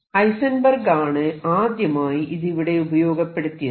Heisenberg ആണ് ആദ്യമായി ഇത് ഇവിടെ ഉപയോഗപ്പെടുത്തിയത്